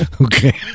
Okay